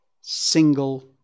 single